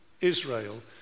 Israel